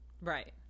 right